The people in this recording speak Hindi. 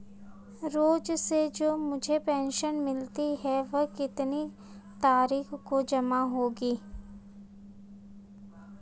रोज़ से जो मुझे पेंशन मिलती है वह कितनी तारीख को जमा होगी?